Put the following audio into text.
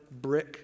brick